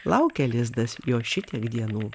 laukia lizdas jo šitiek dienų